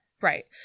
Right